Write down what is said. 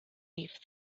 leave